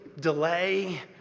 delay